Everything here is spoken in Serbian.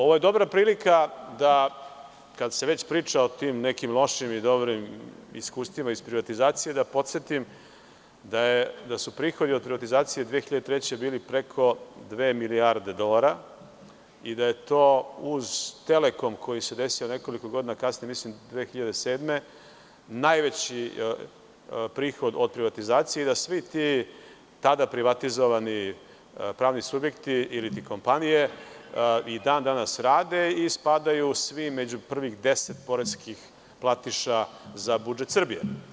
Ovo je dobra prilika da, kada se već priča o tim nekim lošim i dobrim iskustvima iz privatizacije, podsetim da su prihodi od privatizacije 2003. godine bili preko dve milijarde dolara i da je to, uz „Telekom“ koji se desio nekoliko godina kasnije, mislim 2007. godine, najveći prihod od privatizacije i da svi ti tada privatizovani pravni subjekti ili kompanije i dan danas rade i spadaju svi među prvih deset poreskih platiša za budžet Srbije.